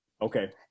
Okay